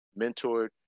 mentored